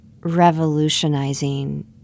revolutionizing